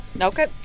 Okay